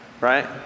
Right